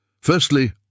Firstly